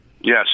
Yes